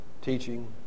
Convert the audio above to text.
teaching